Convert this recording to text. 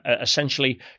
essentially